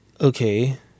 okay